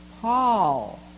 Paul